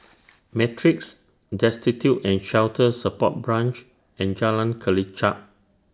Matrix Destitute and Shelter Support Branch and Jalan Kelichap